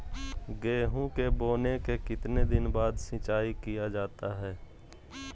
गेंहू के बोने के कितने दिन बाद सिंचाई किया जाता है?